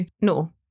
no